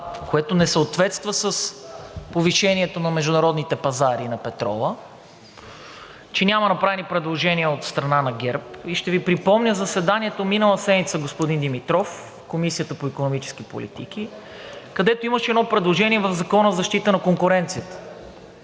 което не съответства с повишението на международните пазари на петрола, че няма направени предложения от страна на ГЕРБ, и ще Ви припомня заседанието миналата седмица, господин Димитров, в Комисията по икономическа политика, където имаше едно предложение в Закона за защита на конкуренцията.